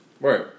Right